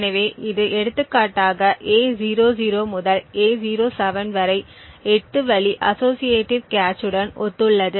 எனவே இது எடுத்துக்காட்டாக A00 முதல் A07 வரை 8 வழி அஸோஸியேடிவ் கேச் உடன் ஒத்துள்ளது